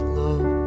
love